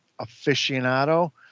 aficionado